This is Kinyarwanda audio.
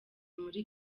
muri